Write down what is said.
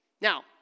Now